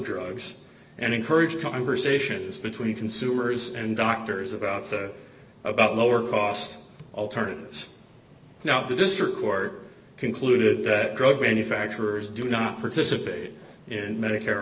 drugs and encourage conversations between consumers and doctors about about lower cost alternatives now the district court concluded that drug manufacturers do not participate in medicare